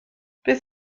beth